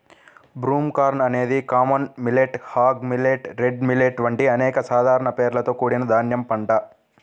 broomcorn అనేది common millet, hog millet, red millet వంటి అనేక సాధారణ పేర్లతో కూడిన ధాన్యం పంట